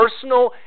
personal